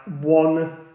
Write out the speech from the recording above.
one